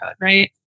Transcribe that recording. right